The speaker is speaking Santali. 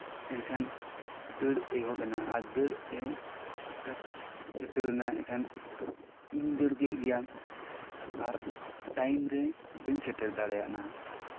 ᱮᱱᱠᱷᱟᱱ ᱫᱟᱹᱲ ᱮᱦᱚᱵ ᱮᱱᱟ ᱟᱨ ᱫᱟᱹᱲ ᱮᱦᱚᱵ ᱩᱛᱟᱹᱨᱮᱱᱟ ᱮᱱᱠᱷᱟᱱ ᱤᱧ ᱫᱟᱹᱲ ᱠᱮᱜ ᱜᱮᱭᱟ ᱟᱨ ᱴᱟᱭᱤᱢ ᱨᱮ ᱵᱟᱹᱧ ᱥᱮᱴᱮᱨ ᱫᱟᱲᱮᱭ ᱟᱱᱟ